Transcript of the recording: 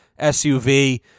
SUV